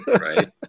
Right